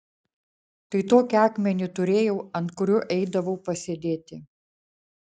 tai tokį akmenį turėjau ant kurio eidavau pasėdėti